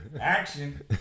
Action